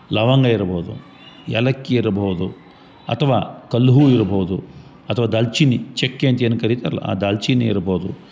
ಲವಂಗ ಇರ್ಬೋದು ಏಲಕ್ಕಿ ಇರ್ಬೋದು ಅಥವಾ ಕಲ್ ಹೂವ ಇರ್ಬೋದು ಅಥ್ವ ದಾಲ್ಚಿನಿ ಚಕ್ಕೆ ಅಂತ ಏನು ಕರೀತರಲ್ಲ ಆ ದಾಲ್ಚಿನಿ ಇರ್ಬೋದು